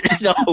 No